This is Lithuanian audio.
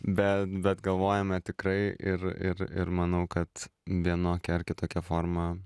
be bet galvojame tikrai ir ir ir manau kad vienokia ar kitokia forma